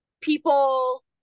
people